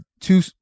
two